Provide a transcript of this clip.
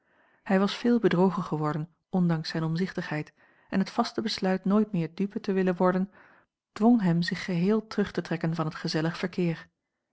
hij was veel bedrogen geworden ondanks zijne omzichtigheid en het vaste besluit nooit meer dupe te willen worden dwong hem zich geheel terug te trekken van het gezellig verkeer